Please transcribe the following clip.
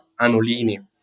anolini